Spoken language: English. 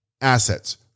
assets